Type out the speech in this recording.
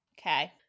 Okay